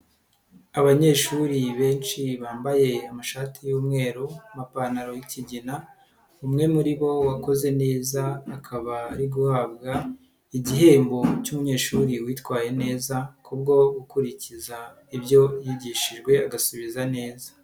Abanyeshuri benshi bambaye amashati y'umweru n'amapantaro y'ikigina, umwe muri bo wakoze neza akaba ari guhabwa igihembo cy'umunyeshuri witwaye neza kubwo gukurikiza ibyo yigishijwe agasubiza neza.